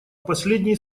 последней